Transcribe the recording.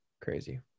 Crazy